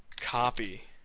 copy.